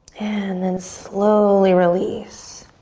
and then slowly release.